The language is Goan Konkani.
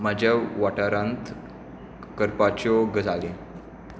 म्हज्या वाठारांत करपाच्यो गजाली